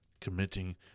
committing